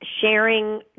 sharing